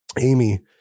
Amy